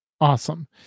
awesome